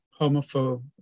homophobe